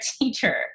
teacher